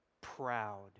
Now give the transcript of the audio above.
proud